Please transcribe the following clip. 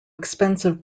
expensive